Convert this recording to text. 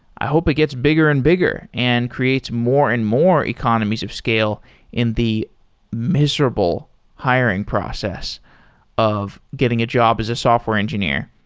i hope it gets bigger and bigger and creates more and more economies of scale in the miserable hiring process of getting a job as a software engineer.